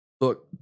look